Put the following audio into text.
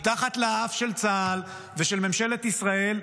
מתחת לאף של צה"ל ושל ממשלת ישראל,